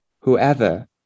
Whoever